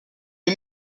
est